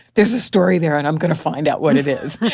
there's a story there, and i'm going to find out what it is.